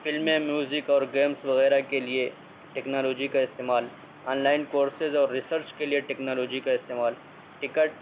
فلمیں میوزک اور گیمس وغیرہ کے لیے ٹیکنالوجی کا استعمال آن لائن کورسز اور ریسرچ کے لیے ٹیکنالوجی کا استعمال ٹکٹ